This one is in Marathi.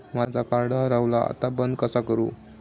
माझा कार्ड हरवला आता बंद कसा करू?